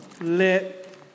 let